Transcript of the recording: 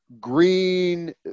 green